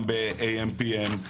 גם ב-AMPM,